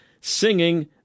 singing